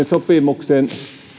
sopimuksen